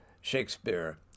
Shakespeare